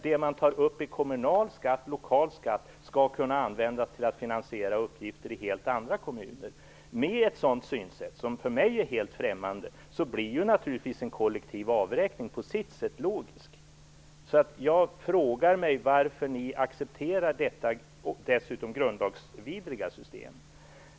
Det som tas upp i kommunal skatt, lokal skatt, skall kunna användas till att finansiera uppgifter i helt andra kommuner. Med ett sådant synsätt, som för mig är helt främmande, blir en kollektiv avräkning på sitt sätt naturligtvis logisk. Jag frågar mig alltså varför ni accepterar detta system, som dessutom är grundlagsvidrigt.